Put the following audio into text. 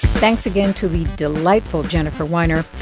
thanks again to be delightful jennifer weiner.